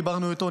דיברנו איתו,